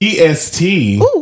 est